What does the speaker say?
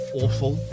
awful